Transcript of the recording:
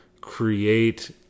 create